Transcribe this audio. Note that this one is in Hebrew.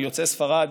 מיוצאי ספרד